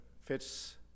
fits